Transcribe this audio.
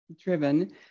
driven